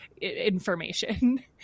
information